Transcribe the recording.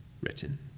written